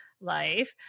life